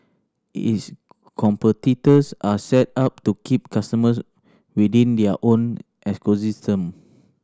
its competitors are set up to keep customers within their own